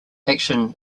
action